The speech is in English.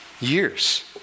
years